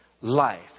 life